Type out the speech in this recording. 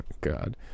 God